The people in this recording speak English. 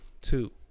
two